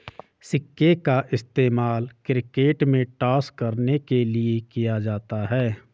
सिक्के का इस्तेमाल क्रिकेट में टॉस करने के लिए किया जाता हैं